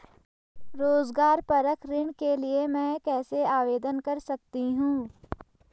रोज़गार परक ऋण के लिए मैं कैसे आवेदन कर सकतीं हूँ?